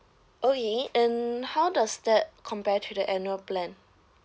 oh is it and how does that compare to the annual plan